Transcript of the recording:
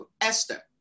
Esther